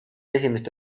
esimest